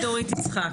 שמי דורית יצחק.